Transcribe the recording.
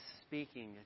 speaking